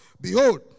Behold